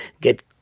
get